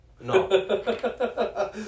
No